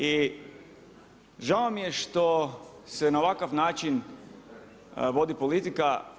I žao mi je što se na ovakav način vodi politika.